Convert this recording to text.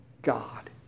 God